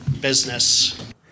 business